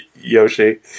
Yoshi